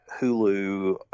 Hulu